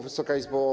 Wysoka Izbo!